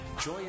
joy